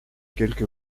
quelque